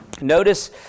Notice